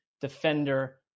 defender